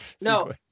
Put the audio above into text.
No